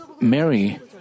Mary